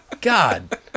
God